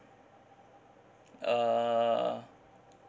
uh